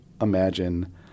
imagine